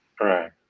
Right